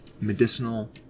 medicinal